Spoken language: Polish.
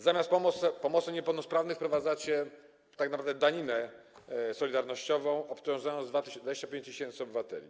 Zamiast pomocy niepełnosprawnym wprowadzacie tak naprawdę daninę solidarnościową, obciążając 25 tys. obywateli.